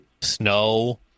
snow